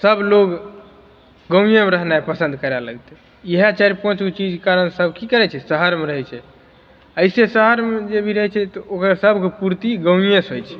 सब लोग गाँवेमे रहनाइ पसंद करै लगतै इएह चारि पाँच गो चीजके कारण सब की करैत छै शहरमे रहैत छै एहि से शहरमे जे भी रहैत छै तऽ ओकरा सबके पूर्ति गाँवे से होइत छै